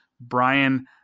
brian